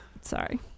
Sorry